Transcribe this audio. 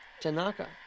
Tanaka